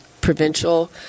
provincial